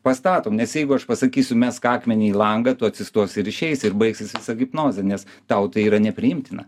pastatom nes jeigu aš pasakysiu mesk akmenį į langą tu atsistosi ir išeisi ir baigsis visa hipnozė nes tau tai yra nepriimtina